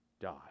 die